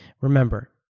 Remember